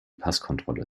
passkontrolle